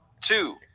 two